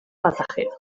pasajeros